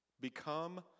become